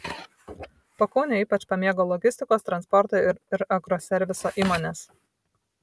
pakaunę ypač pamėgo logistikos transporto ir agroserviso įmonės